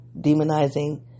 demonizing